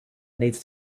needs